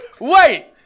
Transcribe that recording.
Wait